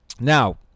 Now